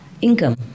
income